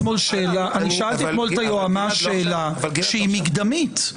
שאלתי אתמול את היועמ"ש שאלה מקדמית.